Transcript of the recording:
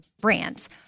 brands